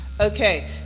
Okay